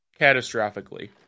catastrophically